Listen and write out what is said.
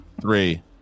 three